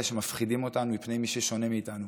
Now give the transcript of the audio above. שמפחידים אותנו מפני מי ששונה מאיתנו.